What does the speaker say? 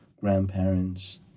grandparents